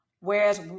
whereas